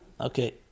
Okay